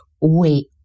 wait